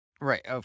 Right